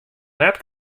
net